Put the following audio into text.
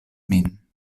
min